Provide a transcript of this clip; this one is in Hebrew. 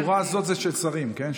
השורה הזאת היא של שרים, כן?